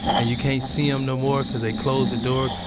and you can't see em no more cause they close the door.